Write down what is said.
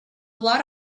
lot